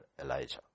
Elijah